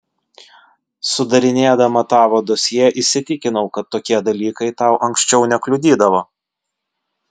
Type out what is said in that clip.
sudarinėdama tavo dosjė įsitikinau kad tokie dalykai tau anksčiau nekliudydavo